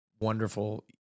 wonderful